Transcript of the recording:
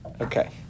Okay